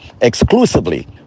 exclusively